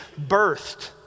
birthed